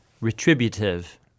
retributive